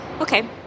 Okay